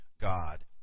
God